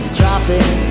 dropping